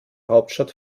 hauptstadt